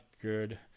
good